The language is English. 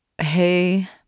Hey